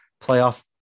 playoff